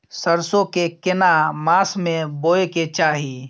सरसो के केना मास में बोय के चाही?